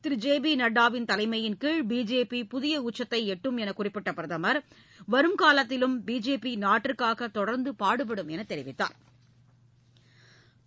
திரு J P நட்டாவின் தலைமையின் கீழ் பிஜேபி புதிய உச்சத்தை எட்டும் என்று குறிப்பிட்ட பிரதம் வருங்காலத்திலும் பிஜேபி நாட்டிற்காக தொடா்ந்து பாடுபடும் என்றும் தெரிவித்தாா்